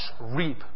reap